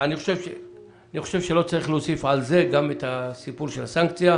אני חושב שלא צריך להוסיף על זה גם את הסיפור של הסנקציה.